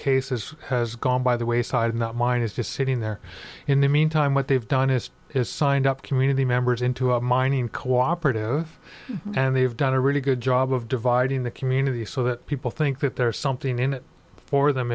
case is has gone by the wayside and that mine is just sitting there in the meantime what they've done is is signed up community members into a mining cooperative and they've done a really good job of dividing the community so that people think that there is something in it for them